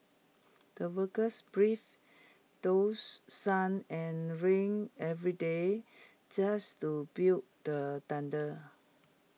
the workers braved dose sun and rain every day just to build the dander